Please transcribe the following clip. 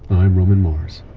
i'm roman mars,